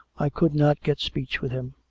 i could not get speech with him.